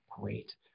Great